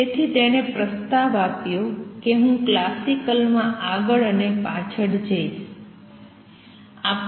તેથી તેમણે પ્રસ્તાવ આપ્યો છે કે હું ક્લાસિકલ માં આગળ અને પાછળ જઈશ